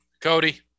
Cody